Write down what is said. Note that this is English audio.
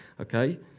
okay